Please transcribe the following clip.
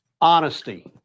honesty